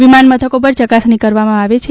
વિમાનમથકો પર ચકાસણી કરવામા આવે છે